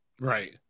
Right